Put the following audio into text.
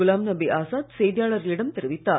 குலாம்நபி ஆசாத் செய்தியாளர்களிடம் தெரிவித்தார்